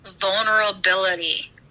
vulnerability